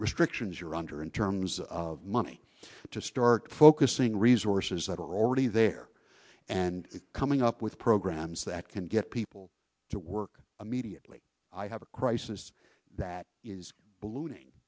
restrictions you're under in terms of money to start focusing resources that are already there and coming up with programs that can get people to work immediately i have a crisis that is ballooning